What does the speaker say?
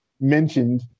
mentioned